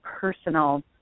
personal